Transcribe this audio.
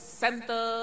center